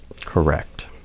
Correct